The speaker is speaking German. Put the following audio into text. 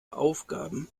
aufgaben